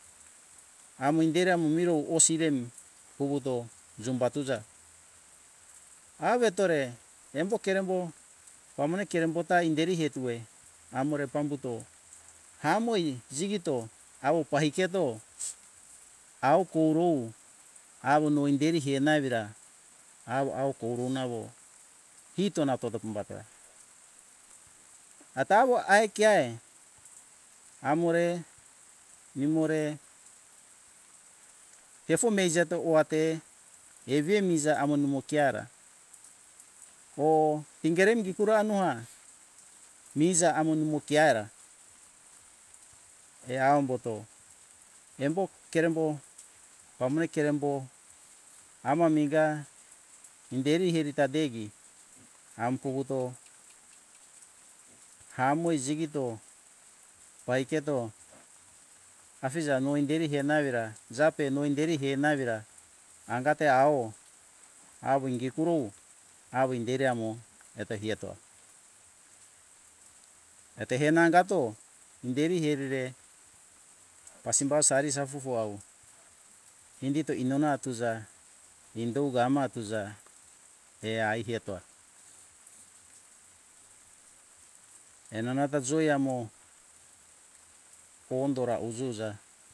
Amo inderi amo miro osi remi puvuto jumba tuja awetore embo kerembo pamone kerembota inderi etuwe amore pambuto hamoi jigito awo pai keto au kurou awo noinderi kena evira awo au korona awo kito nau tota kumba tora ata awo ai keai amore imore tefo meijeto owa te eve miza amo numo ke aira oh ingeri ingi kura anda miza amo numo uke aira ea umbuto embo kerembo pamone kerembo ama miga inderi erita degi am puvuto amoi jigito paiketo afiza noinderi he na evira jape noinderi he na evira angate awo - awo ingi kurou awo inderi amo eto ieto eto henangato inderi herire pasimbau sari sau fufu awo indito inono atuzu indoga ama tuza ea aiketora enanata joi amo pondo ra uzuja